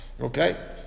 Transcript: okay